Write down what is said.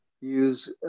use